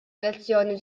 elezzjoni